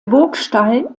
burgstall